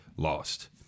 lost